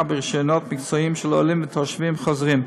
ברישיונות מקצועיים של עולים ותושבים חוזרים.